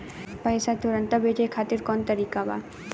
पैसे तुरंत भेजे खातिर कौन तरीका बा?